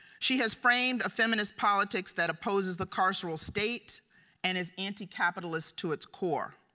she has framed a feminist politic that opposes the carceral state and is anti capitalist to its core.